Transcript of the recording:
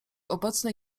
obecnej